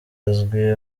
azwi